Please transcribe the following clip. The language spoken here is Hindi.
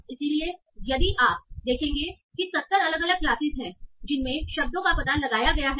इसलिए यदि आप देखेंगे कि 70 अलग अलग क्लासेस हैं जिनमें शब्दों का पता लगाया गया है